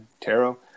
tarot